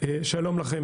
שלום לכם,